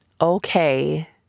okay